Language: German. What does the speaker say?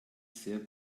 sehr